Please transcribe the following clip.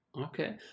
Okay